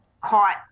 caught